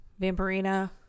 Vampirina